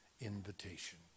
invitation